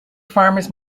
farmers